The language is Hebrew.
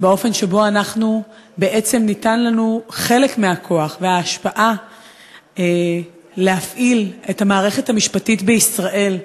באופן שבו ניתן לנו חלק מהכוח וההשפעה להפעיל את המערכת המשפטית בישראל.